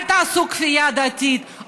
אל תעשו כפייה דתית,